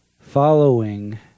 following